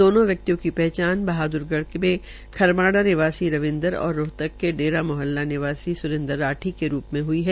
दोनो व्यक्तियों की पहचान बहादुरगढ में खरमाणा निवासी रविंदर और रोहतक के डेरा मोहल्ला निवासी सुरेंदर राठी के रूप में हुई है